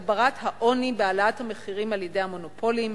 הגברת העוני בהעלאת המחירים על-ידי המונופולים"